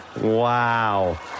Wow